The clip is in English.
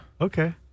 Okay